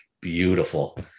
beautiful